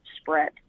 spread